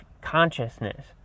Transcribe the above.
consciousness